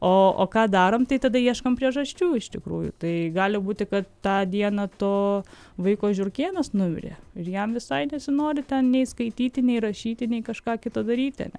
o o ką darom tai tada ieškom priežasčių iš tikrųjų tai gali būti kad tą dieną to vaiko žiurkėnas numirė ir jam visai nesinori ten nei skaityti nei rašyti nei kažką kitą daryti